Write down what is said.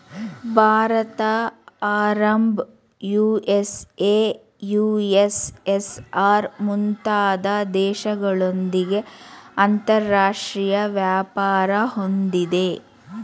Bharat Arab, USA, USSR, ಮುಂತಾದ ದೇಶಗಳೊಂದಿಗೆ ಅಂತರಾಷ್ಟ್ರೀಯ ವ್ಯಾಪಾರ ಹೊಂದಿದೆ